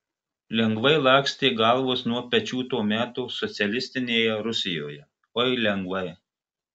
lengvai lakstė galvos nuo pečių to meto socialistinėje rusijoje oi lengvai